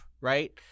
right